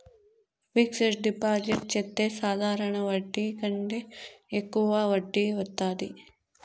fixed deposit చెత్తే సాధారణ వడ్డీ కంటే యెక్కువ వడ్డీ వత్తాది